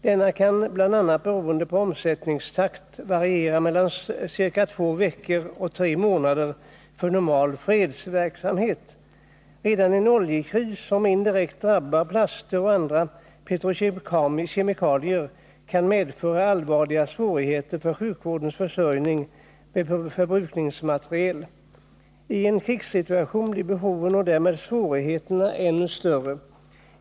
Denna kan, bl.a. beroende på omsättningstakt, variera mellan ca två veckor och tre månader för normal fredsverksamhet. Redan en oljekris, som indirekt drabbar plaster och andra petrokemikalier, kan medföra allvarliga svårigheter för sjukvårdens försörjning med förbrukningsmateriel. I en krigssituation blir behoven och därmed svårigheterna ännu större.